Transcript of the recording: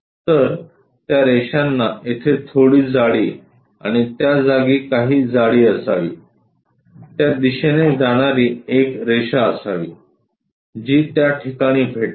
तर त्या रेषांना येथे थोडी जाडी आणि त्या जागी काही जाडी असावी त्या दिशेने जाणारी एक रेषा असावी जी त्या ठिकाणी भेटते